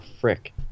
frick